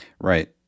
right